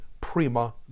prima